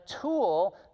tool